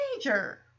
teenager